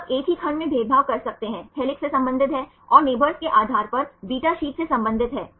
तो आप एक ही खंड में भेदभाव कर सकते हैं हेलिक्स से संबंधित है और नेइबोर्स के आधार पर beta शीट से संबंधित है